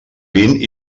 vint